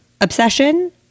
obsession